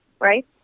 right